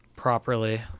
properly